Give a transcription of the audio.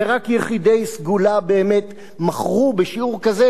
ורק יחידי סגולה באמת מכרו בשיעור כזה